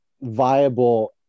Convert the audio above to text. viable